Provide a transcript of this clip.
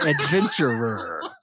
adventurer